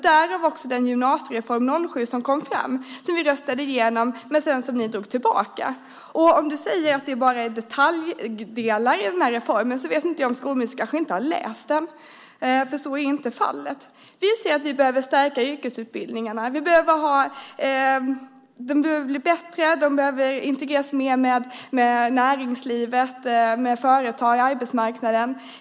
Därav den gymnasiereform, GY-07, som vi röstade igenom men som ni drog tillbaka. Om du säger att den reformen bara är detaljer vet inte jag om skolministern har läst förslaget, för så är inte fallet. Vi ser att vi behöver stärka yrkesutbildningarna. De behöver bli bättre, och de behöver integreras mer med näringslivet, med arbetsmarknaden.